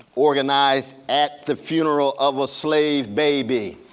organized at the funeral of a slave baby.